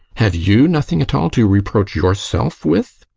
have you nothing at all to reproach yourself with?